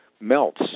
melts